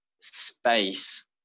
space